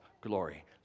glory